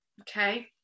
okay